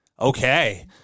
Okay